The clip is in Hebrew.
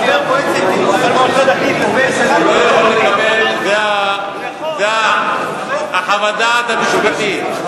הוא לא יכול לקבל, זאת חוות הדעת המשפטית,